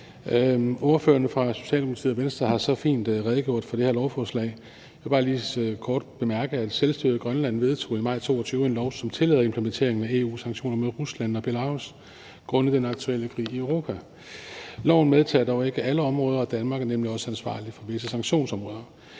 Ordførerne fra Socialdemokratiet og Venstre har så fint redegjort for det her lovforslag, så jeg vil bare lige kort bemærke, at selvstyret i Grønland i maj 2022 vedtog en lov, som tillader implementeringen af EU-sanktioner mod Rusland og Belarus grundet den aktuelle krig i Europa. Loven medtager dog ikke alle områder, for Danmark er nemlig også ansvarlig for visse sanktionsområder.